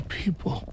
people